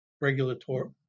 regulatory